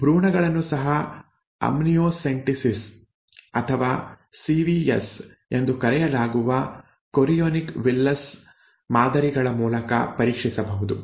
ಭ್ರೂಣಗಳನ್ನೂ ಸಹ ಆಮ್ನಿಯೋಸೆಂಟಿಸಿಸ್ ಅಥವಾ ಸಿವಿಎಸ್ ಎಂದು ಕರೆಯಲಾಗುವ ಕೊರಿಯೊನಿಕ್ ವಿಲ್ಲಸ್ ಮಾದರಿಗಳ ಮೂಲಕ ಪರೀಕ್ಷಿಸಬಹುದು